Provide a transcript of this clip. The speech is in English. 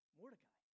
Mordecai